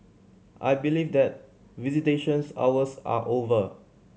I believe that visitations hours are over